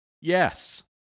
Yes